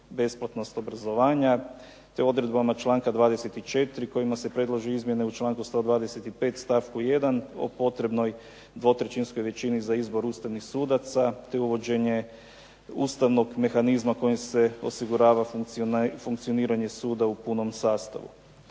besplatnost obrazovanja, te odredbama članka 24. kojima se predlažu izmjene u članku 125. stavku 1. o potrebnoj 2/3 većini za izbor ustavnih sudaca, te uvođenje ustavnog mehanizma kojim se osigurava funkcioniranje suda u punom sastavu.